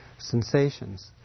sensations